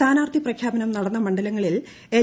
സ്ഥാനാർത്ഥി പ്രഖ്യാപനം നടന്ന മണ്ഡലങ്ങളിൽ എൽ